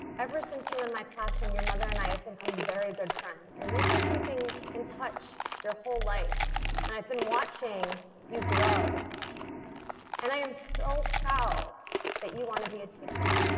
ever since you were in my classroom your mother and i have become very good friends and we've been keeping in touch your whole life and i've been watching you grow and i am so proud that you want to be a teacher.